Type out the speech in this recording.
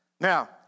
now